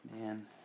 Man